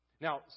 Now